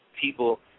people